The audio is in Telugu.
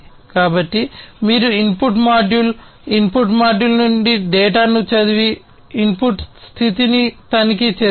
అప్పుడు మీరు ఇన్పుట్ మాడ్యూల్ ఇన్పుట్ మాడ్యూల్ నుండి డేటాను చదివి ఇన్పుట్ స్థితిని తనిఖీ చేస్తారు